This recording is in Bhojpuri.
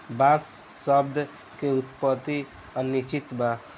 बांस शब्द के उत्पति अनिश्चित बा